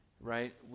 right